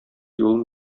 юлын